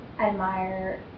admire